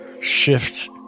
shift